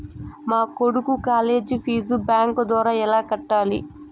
మా కొడుకు college fee bank ద్వారా ఎలా కట్టాలి?